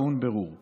תבדוק איך הצבעתי.